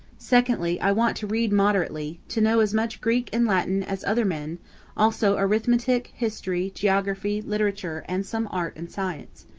secondly, i want to read moderately to know as much greek and latin as other men also arithmetic, history, geography, literature, and some art and science.